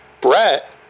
Brett